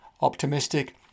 optimistic